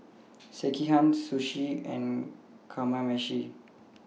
Sekihan Sushi and Kamameshi